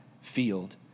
field